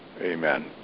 amen